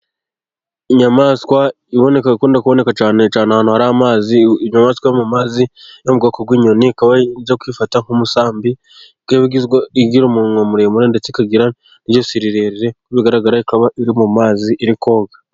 Inyamaswa ikunda kuboneka cyane cyane ahantu hari amazi ,inyamaswa yo mu mazi yo mubwoko bw'inyoni, ikaba ijya kwifata nk'umusambi, igira umunwa muremure ndetse ikagira n'ijosi rirerire, uko bigaragara ikaba iri mu mazi iri koga.